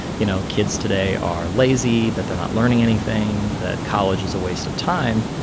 you know, kids today are lazy, that they're not learning anything, that college is a waste of time,